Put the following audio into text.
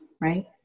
Right